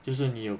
就是你有